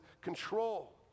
control